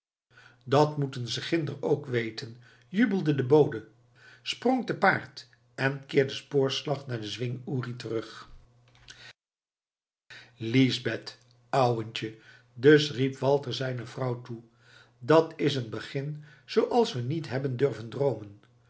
dat moeten ze ginder ook weten jubelde de bode sprong te paard en keerde spoorslags naar den zwing uri terug liesbeth ouwentje dus riep walter zijne vrouw toe dat is een begin zooals we niet hebben durven droomen